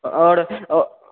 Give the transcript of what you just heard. आओर